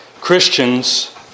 Christians